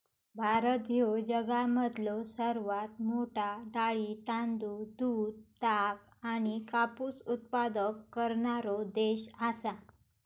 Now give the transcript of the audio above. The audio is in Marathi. भारत ह्यो जगामधलो सर्वात मोठा डाळी, तांदूळ, दूध, ताग आणि कापूस उत्पादक करणारो देश आसा